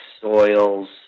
soils